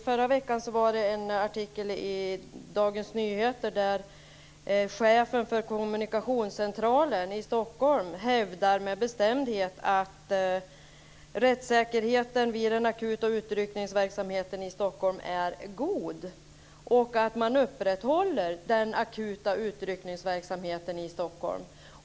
Förra veckan var det en artikel i Dagens Nyheter där chefen för Kommunikationscentralen i Stockholm med bestämdhet hävdade att rättssäkerheten vid den akuta utryckningsverksamheten i Stockholm är god och att man upprätthåller den akuta utryckningsverksamheten i Stockholm.